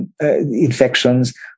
infections